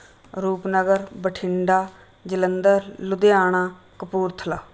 Rupnagar Bathinda Jalandhar Ludhiana Kapurthala